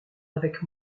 avec